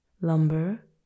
lumber